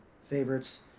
favorites